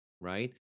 right